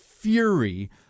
fury